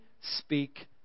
speak